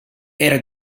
era